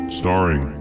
starring